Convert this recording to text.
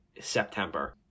September